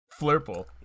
Flurple